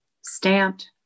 stamped